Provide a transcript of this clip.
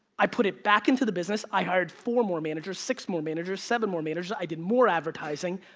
i put it back into the business, i hired four more managers, six more managers, seven more managers, i did more advertising.